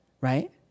right